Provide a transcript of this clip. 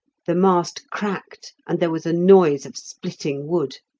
the mast cracked, and there was a noise of splitting wood.